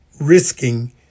risking